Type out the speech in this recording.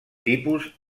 tipus